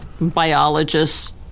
biologists